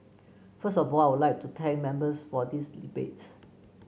first of all I would like to thank Members for this debate